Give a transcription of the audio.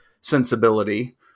sensibility